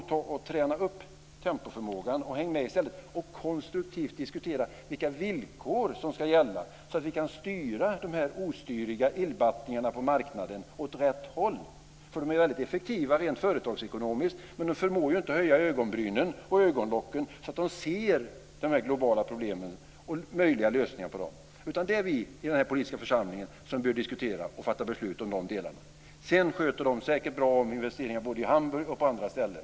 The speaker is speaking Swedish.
Ta och träna upp tempoförmågan och häng med i stället på att konstruktivt diskutera vilka villkor som ska gälla, så att vi kan styra dessa ostyriga illbattingar på marknaden åt rätt håll. De är väldigt effektiva rent företagsekonomiskt, men de förmår inte höja ögonbrynen och ögonlocken så att de ser dessa globala problem och möjliga lösningar på dem. Det är vi i denna politiska församling som bör diskutera och fatta beslut om de delarna. Sedan sköter de säkert investeringar bra både i Hamburg och på andra ställen.